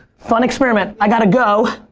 fun experiment. i got to go.